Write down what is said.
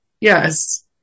Yes